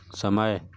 समय